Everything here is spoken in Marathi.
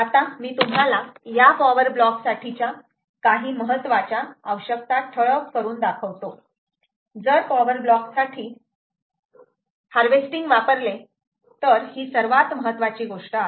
आता मी तुम्हाला या पॉवर ब्लॉक साठीच्या काही महत्त्वाच्या आवश्यकता ठळक करून दाखवतो जर पॉवर ब्लोक साठी हार्वेस्टिंग वापरले तर ही सर्वात महत्वाची गोष्ट आहे